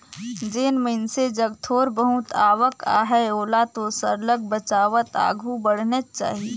जेन मइनसे जग थोर बहुत आवक अहे ओला तो सरलग बचावत आघु बढ़नेच चाही